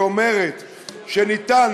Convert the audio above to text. שאומרת שאפשר,